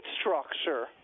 structure